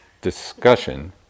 discussion